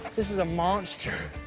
this is a monster.